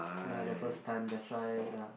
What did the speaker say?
ya the first time that's why ya